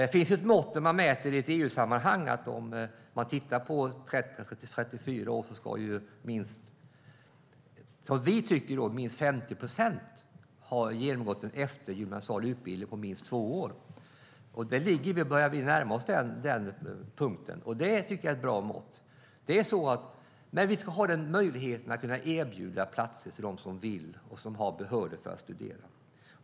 Det finns ett mått i EU-sammanhang som innebär att i gruppen 30-34-åringar ska minst, som vi tycker, 50 procent ha genomgått en eftergymnasial utbildning på minst två år. Vi börjar närma oss den punkten, och det tycker jag är ett bra mått. Vi ska kunna erbjuda platser till dem som vill studera och har behörighet att studera.